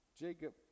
Jacob